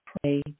pray